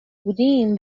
بودیم